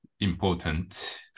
important